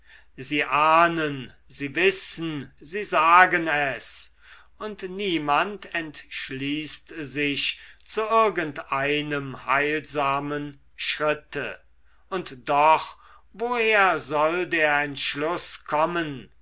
sie ahnen sie wissen sie sagen es und niemand entschließt sich zu irgendeinem heilsamen schritte und doch woher soll der entschluß kommen